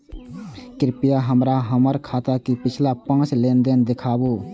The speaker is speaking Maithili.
कृपया हमरा हमर खाता के पिछला पांच लेन देन दिखाबू